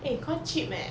eh quite cheap eh